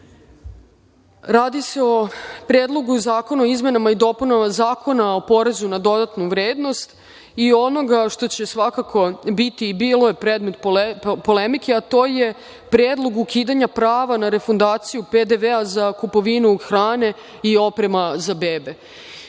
radi se o Predlogu zakona o izmenama i dopunama Zakona o porezu na dodatu vrednost i onoga što će svakako biti i bilo je predmet polemike, a to je predlog ukidanja prava na refundaciju PDV-a za kupovinu hrane i oprema za bebe. Na